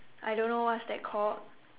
I don't know what's that called